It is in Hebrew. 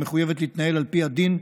שמחויבת להתנהל על פי הדין,